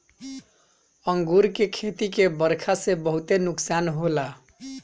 अंगूर के खेती के बरखा से बहुते नुकसान होला